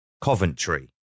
Coventry